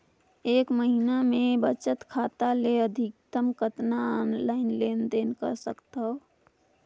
एक महीना मे बचत खाता ले अधिकतम कतना ऑनलाइन लेन देन कर सकत हव?